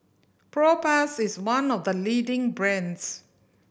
Propass is one of the leading brands